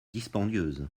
dispendieuse